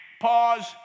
Pause